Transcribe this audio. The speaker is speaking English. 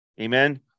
Amen